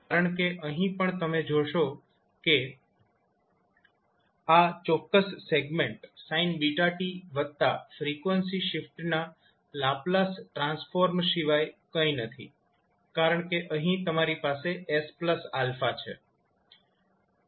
કારણ કે અહીં પણ તમે જોશો કે આ ચોક્કસ સેગમેન્ટ sin βt વત્તા ફ્રીક્વન્સી શિફ્ટના લાપ્લાસ ટ્રાન્સફોર્મ સિવાય કંઇ નથી કારણ કે અહીં તમારી પાસે 𝑠𝛼 છે